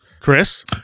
Chris